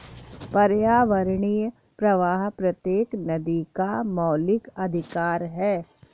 पर्यावरणीय प्रवाह प्रत्येक नदी का मौलिक अधिकार है